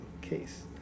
case